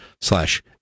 slash